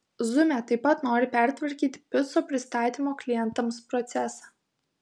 zume taip pat nori pertvarkyti picų pristatymo klientams procesą